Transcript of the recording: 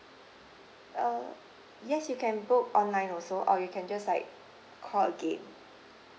uh yes you can book online also or you can just like call again